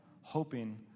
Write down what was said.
hoping